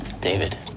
David